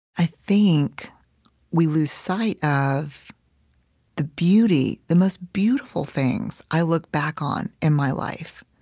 i think we lose sight of the beauty, the most beautiful things i look back on in my life